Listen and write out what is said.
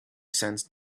sensed